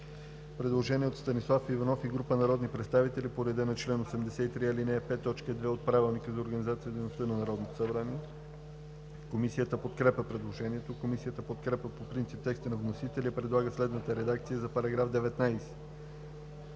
предложение от Станислав Иванов и група народни представители по реда на чл. 83, ал. 5, т. 2 от Правилника. Комисията подкрепя предложението. Комисията подкрепя по принцип текста на вносителя и предлага следната редакция на § 37: „§ 37.